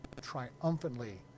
triumphantly